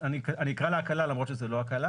אני אקרא לה הקלה למרות שזאת לא הקלה